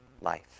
life